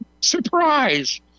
Surprise